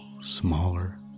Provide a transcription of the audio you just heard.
smaller